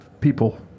people